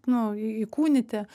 nu į įkūnyti